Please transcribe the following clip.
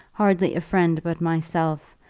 hardly a friend but myself,